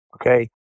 okay